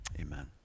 amen